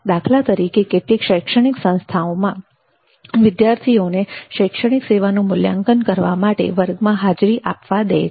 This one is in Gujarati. દાખલા તરીકે કેટલીક શૈક્ષણિક સંસ્થાઓમાં વિધાર્થીઓને શૈક્ષણિક સેવાનું મૂલ્યાંકન કરવા માટે વર્ગમાં હાજરી આપવા દે છે